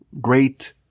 great